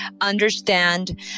understand